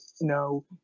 no